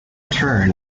turn